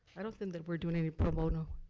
i don't think that we're doing any pro bono,